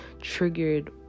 triggered